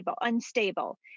unstable